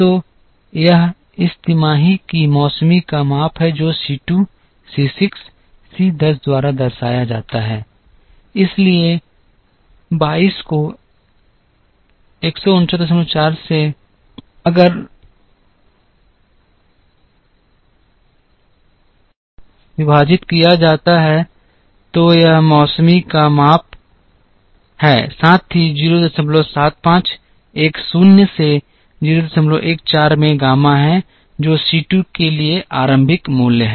तो यह इस तिमाही की मौसमी का माप है जो C 2 C 6 C 10 द्वारा दर्शाया जाता है इसलिए 22 को 15943 से विभाजित किया जाता है यह मौसमी का माप है साथ ही 075 1 शून्य से 014 में गामा है जो C 2 के लिए आरंभिक मूल्य है